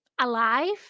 alive